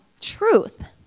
truth